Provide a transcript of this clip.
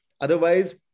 Otherwise